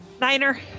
Niner